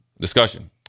discussion